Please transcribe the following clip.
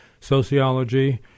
sociology